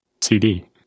CD